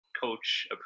coach